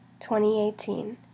2018